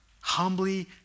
Humbly